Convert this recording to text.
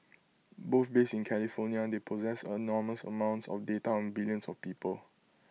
both based in California they possess enormous amounts of data on billions of people